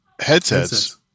headsets